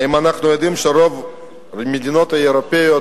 האם אנחנו יודעים שרוב המדינות האירופיות